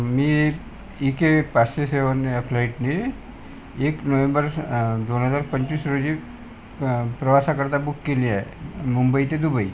मी E K पाचशे seven या फ्लाईटनी एक नोव्हेंबर दोन हजार पंचवीस रोजी प्रवासाकरता बुक केली आहे मुंबई ते दुबई